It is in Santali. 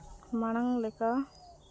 ᱢᱟᱲᱟᱝ ᱞᱮᱠᱟ